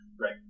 Right